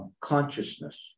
consciousness